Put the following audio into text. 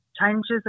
changes